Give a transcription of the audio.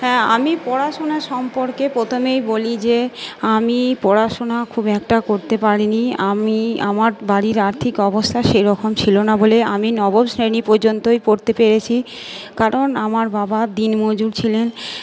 হ্যাঁ আমি পড়াশুনা সম্পর্কে প্রথমেই বলি যে আমি পড়াশুনা খুব একটা করতে পারি নি আমি আমার বাড়ির আর্থিক অবস্থা সেই রকম ছিল না বলেই আমি নবম শ্রেণী পর্যন্তই পড়তে পেরেছি কারণ আমার বাবা দিন মজুর ছিলেন